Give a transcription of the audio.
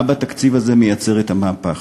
מה בתקציב הזה מייצר את המהפך?